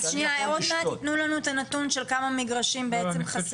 אז שניה עוד מעט יתנו לנו את הנתון של כמה מגרשים בעצם חסרים.